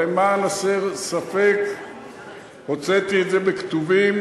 אבל למען הסר ספק הוצאתי את זה בכתובים,